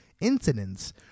incidents